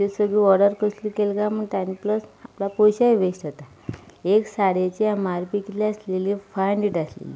तीं सगलीं कसली ऑडर केली काय म्हणटात आपणाचे पयशेय वेस्ट जाता एक साडयेची एम आर पी कितली आशिल्ली फायव हंड्रेड आशिल्ली